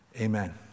Amen